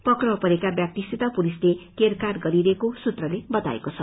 पक्राउ परेका व्याक्तिसित पुलिसले केरकार गरिरहेको सूत्रले बताएको छ